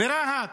ברהט.